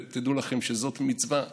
תדעו לכם שזאת מצווה אדירה.